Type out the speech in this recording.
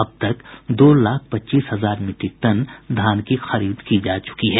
अब तक दो लाख पच्चीस हजार मीट्रिक टन धान की खरीद की जा चुकी है